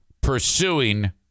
pursuing